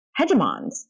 hegemons